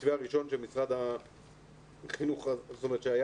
המתווה הראשון של משרד החינוך שהיה